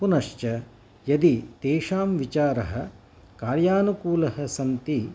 पुनश्च यदि तेषां विचाराः कार्यानुकूलाः सन्ति